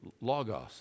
logos